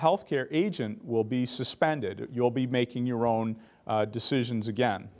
health care agent will be suspended you'll be making your own decisions again